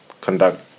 conduct